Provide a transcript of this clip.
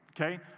okay